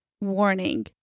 Warning